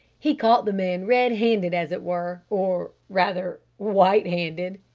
he caught the man red-handed as it were! or rather white-handed,